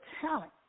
talent